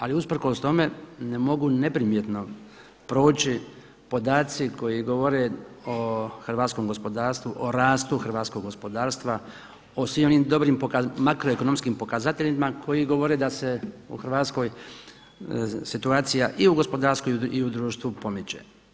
Ali usprkos tome ne mogu neprimjetno proći podaci koji govore o hrvatskom gospodarstvu, o rastu hrvatskog gospodarstva, o svim onim makroekonomskim pokazateljima koji govore da se u Hrvatskoj situacija i u gospodarstvu i u društvu pomiče.